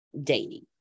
dating